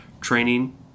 training